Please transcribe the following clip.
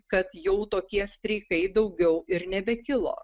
kad jau tokie streikai daugiau ir nebekilo